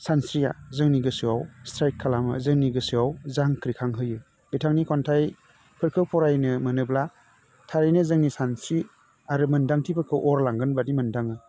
सानस्रिया जोंनि गोसोयाव स्ट्राइक खालामो जोंनि गोसोआव जांख्रिखांहोयो बिथांनि खन्थायफोरखौ फरायनो मोनोब्ला थारैनो जोंनि सानस्रि आरो मोनदांथिफोरखौ अरलांगोन बादि मोनदाङो